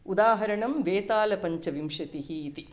उदाहरणं वेतालपञ्चविंशतिः इति